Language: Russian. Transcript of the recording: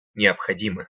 необходимы